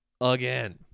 again